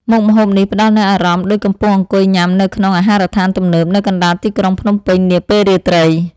មុខម្ហូបនេះផ្តល់នូវអារម្មណ៍ដូចកំពុងអង្គុយញ៉ាំនៅក្នុងអាហារដ្ឋានទំនើបនៅកណ្តាលទីក្រុងភ្នំពេញនាពេលរាត្រី។